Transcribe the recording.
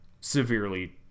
severely